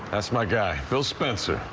that's my guy, bill spencer.